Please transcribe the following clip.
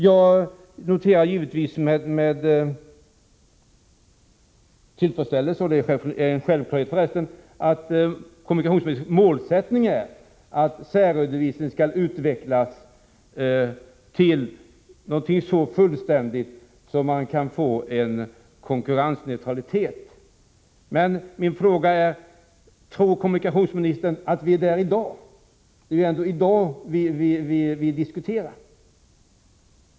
Jag noterar givetvis med tillfredsställelse — och det är egentligen en självklarhet — att målsättningen är att särredovisningen skall utvecklas till något så fullständigt att vi kan få konkurrensneutralitet. Men min fråga är: Tror kommunikationsministern att vi är där i dag? Det är ju dagsläget som vi diskuterar.